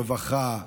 הרווחה,